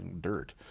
dirt